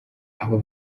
abo